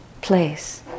place